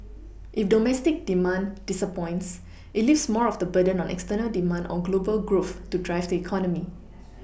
if domestic demand disappoints it leaves more of the burden on external demand or global growth to drive the economy